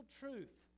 truth